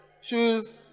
shoes